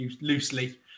loosely